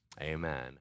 Amen